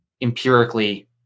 empirically